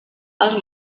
els